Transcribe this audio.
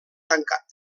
tancat